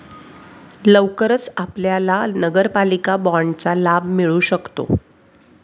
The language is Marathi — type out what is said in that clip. लवकरच आपल्याला नगरपालिका बाँडचा लाभ मिळू शकतो